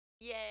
Yay